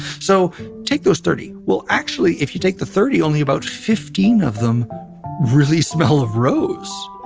so take those thirty. well, actually, if you take the thirty, only about fifteen of them really smell of rose.